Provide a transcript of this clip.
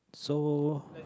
so